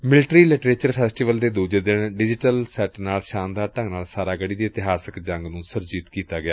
military literature festival ਦੇ ਦੂਜੇ ਦਿਨ ਡਿਜੀਟਲ ਸੈੱਟ ਨਾਲ ਸ਼ਾਨਦਾਰ ਢੰਗ ਨਾਲ ਸਾਰਾਗੜ੍ਹੀ ਦੀ ਇਤਿਹਾਸਕ ਜੰਗ ਨੂੰ ਸੁਰਜੀਤ ਕੀਤਾ ਗਿਆ